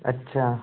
अच्छा